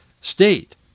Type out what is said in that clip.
state